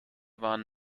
waren